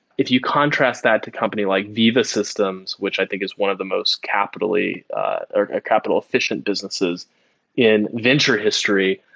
if you contrast that to company like veeva systems, which i think is one of the most capitally or capital efficient businesses in venture history,